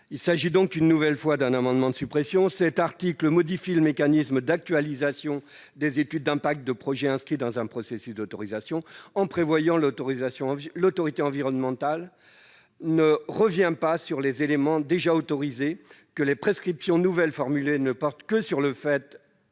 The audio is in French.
Il s'agit, une nouvelle fois, d'un amendement de suppression de deux alinéas de l'article 23, qui modifient le mécanisme d'actualisation des études d'impact de projets inscrits dans un processus d'autorisation. Aux termes de cet article, l'autorité environnementale ne revient pas sur les éléments déjà autorisés, les prescriptions nouvelles formulées ne portent que sur l'objet